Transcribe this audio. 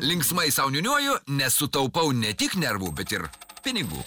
linksmai sau niūniuoju nes sutaupau ne tik nervų bet ir pinigų